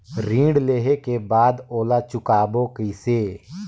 ऋण लेहें के बाद ओला चुकाबो किसे?